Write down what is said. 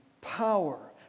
power